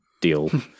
deal